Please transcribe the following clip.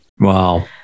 wow